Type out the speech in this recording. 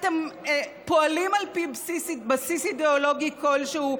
אתם פועלים על פי בסיס אידיאולוגי כלשהו,